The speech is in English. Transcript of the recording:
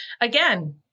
again